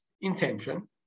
intention